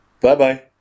Bye-bye